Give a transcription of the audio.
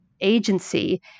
agency